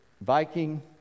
viking